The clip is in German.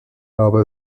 aber